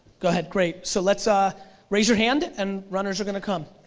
go ahead, great, so let's ah raise your hand, and runners are gonna come.